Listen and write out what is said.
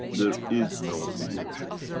there is no emotion